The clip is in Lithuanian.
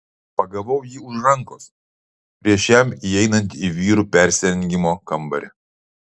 pagavau jį už rankos prieš jam įeinant į vyrų persirengimo kambarį